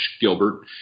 Gilbert